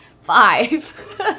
Five